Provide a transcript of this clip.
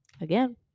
Again